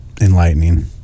enlightening